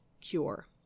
cure